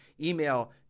email